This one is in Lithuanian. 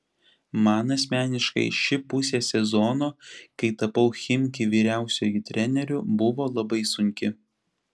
man asmeniškai ši pusė sezono kai tapau chimki vyriausiuoju treneriu buvo labai sunki